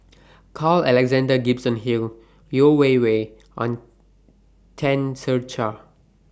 Carl Alexander Gibson Hill Yeo Wei Wei and Tan Ser Cher